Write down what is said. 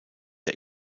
der